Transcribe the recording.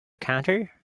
counter